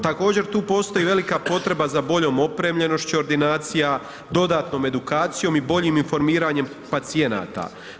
Također, tu postoji velika potreba za boljom opremljenošću ordinacija, dodatnom edukacijom i boljim informiranjem pacijenata.